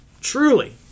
truly